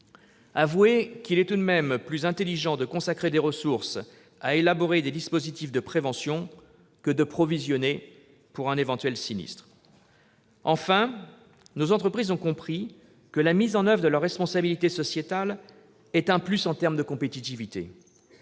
Avouez qu'il est tout de même plus intelligent de consacrer des ressources à élaborer des dispositifs de prévention que de provisionner un éventuel sinistre. Enfin, nos entreprises ont compris que la mise en oeuvre de leur responsabilité sociétale est un plus en termes de compétitivité.